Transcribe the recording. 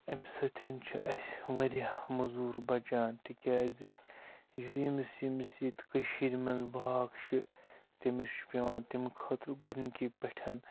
امہِ سۭتۍ چھِ اَسہِ واریاہ مٔزوٗر بَچان تِکیٛازِ یُس ییٚمِس ییٚمِس ییٚتہِ کٔشیٖرِ منٛز باغ چھِ تٔمِس چھُ پٮ۪وان تمہِ خٲطرٕ گۄڈٕنِکی پٮ۪ٹھ